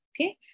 okay